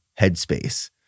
headspace